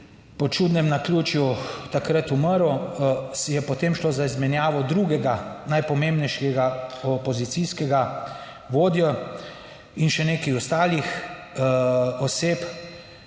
po čudnem naključju takrat umrl, je potem šlo za izmenjavo drugega najpomembnejšega opozicijskega vodjo in še nekaj ostalih oseb.